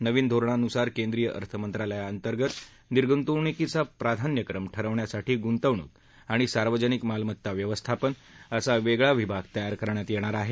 नवीन धोरणानुसार केंद्रीय अर्थमंत्रालया अंतर्गत निर्गुतवणुकीचा प्राधान्यक्रम ठरवण्यासाठी गुंतवणूक आणि सार्वजनिक मालमत्ता व्यवस्थापन असा वेगळा विभाग तयार करण्यात येणार आहे